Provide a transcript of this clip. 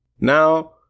Now